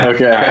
Okay